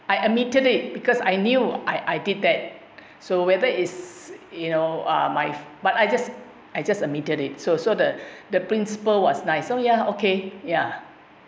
I admitted it because I knew I I did that so whether it's you know uh my but I just I just admitted it so so the the principal was nice so ya okay ya